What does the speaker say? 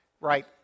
Right